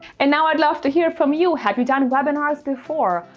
and now i'd love to hear from you. have you done webinars before?